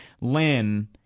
Lynn